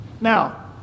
Now